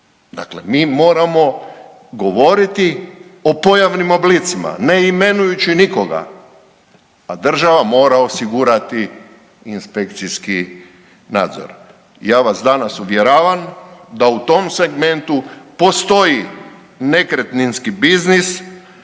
Dakle, mi moramo govoriti o pojavnim oblicima ne imenujući nikoga, a država mora osigurati inspekcijski nadzor. Ja vas danas uvjeravam da u tom segmentu postoji nekretninski biznis